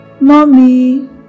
Mommy